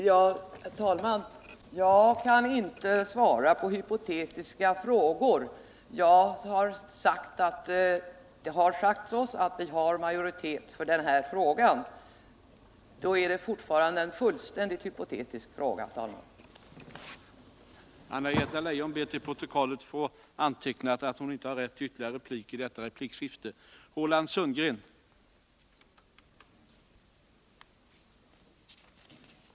Herr talman! Jag kan inte svara på hypotetiska frågor. Det har sagts oss att vi har majoritet i det här fallet. Då är det fortfarande en rent hypotetisk fråga som Anna-Greta Leijon ställer.